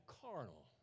carnal